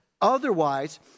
Otherwise